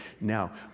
now